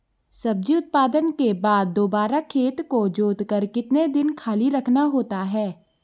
सब्जी उत्पादन के बाद दोबारा खेत को जोतकर कितने दिन खाली रखना होता है?